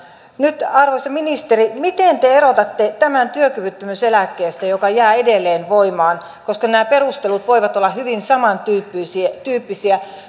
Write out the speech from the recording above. nyt arvoisa ministeri miten te erotatte tämän työkyvyttömyyseläkkeestä joka jää edelleen voimaan koska nämä perustelut voivat olla hyvin samantyyppisiä